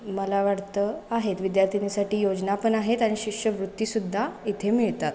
मला वाटतं आहेत विद्यार्थिनीसाठी योजना पण आहेत आणि शिष्यवृत्तीसुद्धा इथे मिळतात